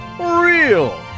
real